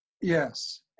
Yes